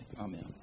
Amen